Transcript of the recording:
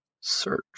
search